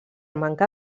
manca